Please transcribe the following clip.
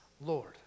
Lord